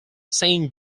saint